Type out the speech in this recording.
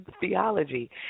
theology